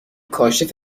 کاشف